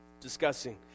discussing